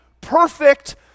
perfect